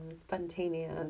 spontaneous